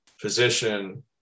physician